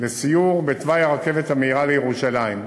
לסיור בתוואי הרכבת המהירה לירושלים.